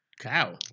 cow